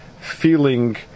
feeling